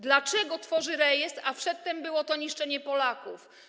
Dlaczego tworzy rejestr, a przedtem było to niszczenie Polaków?